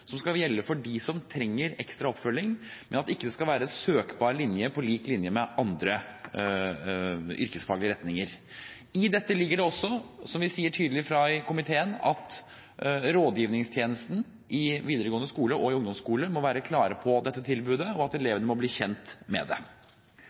som skal gjelde for dem som trenger ekstra oppfølging, men det skal ikke være en søkbar linje på lik linje med andre yrkesfaglige retninger. I dette ligger det også, som vi sier tydelig fra om i komiteen, at rådgivningstjenesten i videregående skole og i ungdomsskolen må være klar over dette tilbudet, og at